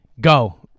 go